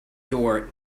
door